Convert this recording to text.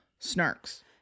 snarks